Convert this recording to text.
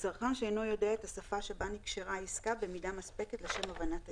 וצרכן שאינו יודע את השפה שבה נקשרה העסקה במידה מספקת לשם הבנת העסקה.